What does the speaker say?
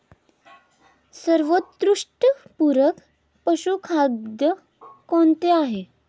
सर्वोत्कृष्ट पूरक पशुखाद्य कोणते आहे?